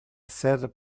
esser